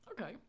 Okay